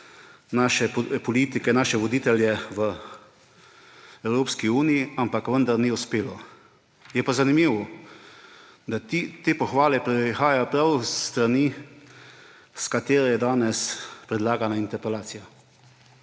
naše politike, naše voditelje v Evropski uniji, ampak vendar ni uspelo. Je pa zanimivo, da te pohvale prihajajo prav s strani, iz katere je danes predlagana interpelacija.